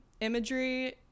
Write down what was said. imagery